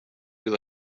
with